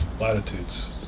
latitudes